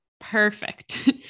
Perfect